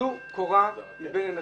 טלו קורה מבין עיניכם.